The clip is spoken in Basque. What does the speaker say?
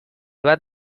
bat